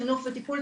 חינוך וטיפול,